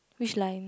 which line